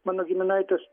mano giminaitis